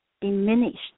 diminished